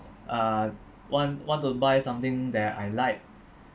uh want want to buy something that I like